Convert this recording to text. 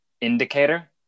indicator